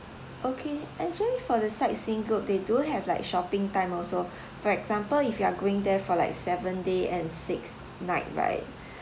okay actually for the sightseeing group they do have like shopping time also for example if you are going there for like seven day and six night right